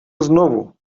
znovu